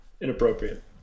inappropriate